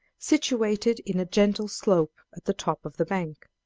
situated in a gentle slope at the top of the bank!